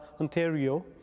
Ontario